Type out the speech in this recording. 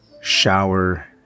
shower